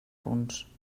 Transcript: punts